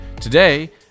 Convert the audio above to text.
today